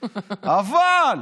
אבל.